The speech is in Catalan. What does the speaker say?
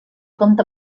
compta